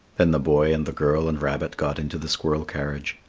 then the boy and the girl and rabbit got into the squirrel carriage.